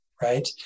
right